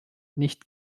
nicht